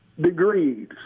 degrees